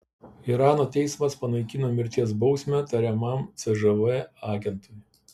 irano teismas panaikino mirties bausmę tariamam cžv agentui